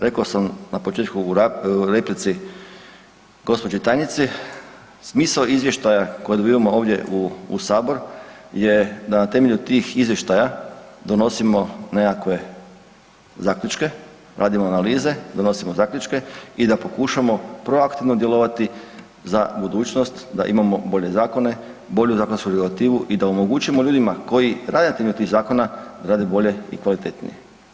Rekao sam na početku u replici gospođi tajnici smisao izvještaja koje dobijamo ovdje u sabor je da na temelju tih izvještaja donosimo nekakve zaključke, radimo analize, donosimo zaključke i da pokušamo proaktivno djelovati za budućnost da imamo bolje zakone, bolju zakonsku regulativu i da omogućimo ljudima koji rade na temelju tih zakona da rade bolje i kvalitetnije.